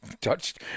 touched